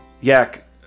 Yak